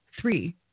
Three